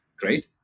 Great